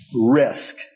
risk